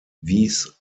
wies